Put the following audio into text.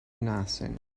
nothing